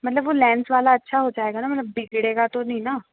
मतलब वह लैंस वाला अच्छा हो जाएगा ना मैडम बिगड़ेगा तो नहीं ना